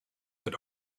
but